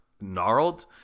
gnarled